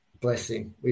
Blessing